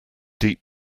deep